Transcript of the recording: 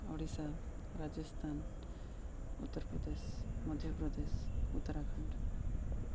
Odisha Rajasthan Uttar Pradesh Madhya Pradesh Uttarakhand